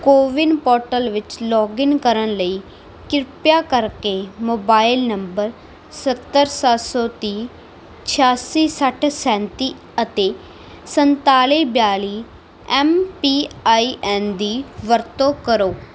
CoWIN portal ਵਿੱਚ login ਕਰਨ ਲਈ ਕਿਰਪਾ ਕਰਕੇ ਮੋਬਾਈਲ ਨੰਬਰ ਸੱਤਰ ਸੱਤ ਸੌ ਤੀਹ ਛਿਆਸੀ ਸੱਠ ਸੈਂਤੀ ਅਤੇ ਸੰਤਾਲੀ ਬਿਆਲੀ ਐਮ ਪੀ ਆਈ ਐਨ ਦੀ ਵਰਤੋਂ ਕਰੋ